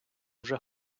вже